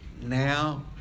now